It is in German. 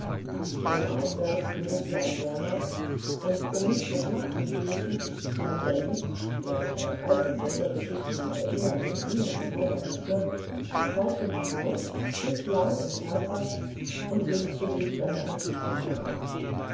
stromaufwärts ging es langsamer und um nicht verschmachten zu müssen nahm said der sich aus alten zaubergeschichten erinnerte wie man zaubern müsse das pfeifchen heraus pfiff laut und herzhaft und wünschte sich dann ein gutes mahl